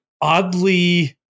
oddly